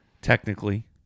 technically